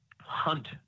hunt